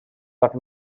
but